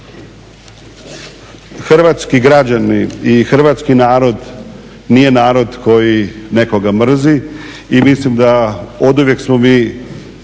Hrvatski građani i hrvatski narod nije narod koji nekoga mrzi i oduvijek smo mi